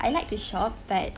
I like to shop but